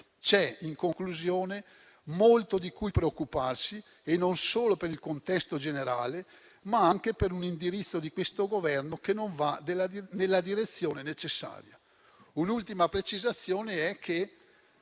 C'è, in conclusione, molto di cui preoccuparsi e non solo per il contesto generale, ma anche per un indirizzo di questo Governo che non va nella direzione necessaria. Un'ultima precisazione è che